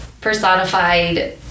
personified